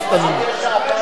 לנו יש שעתיים לדבר.